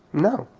no,